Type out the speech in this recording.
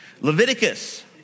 Leviticus